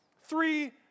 Three